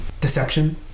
Deception